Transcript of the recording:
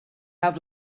have